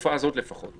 בתקופה הזאת לפחות,